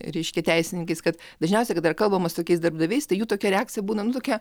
reiškia teisininkais kad dažniausiai kada yra kalbama su tokiais darbdaviais tai jų tokia reakcija būna nu tokia